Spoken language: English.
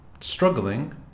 struggling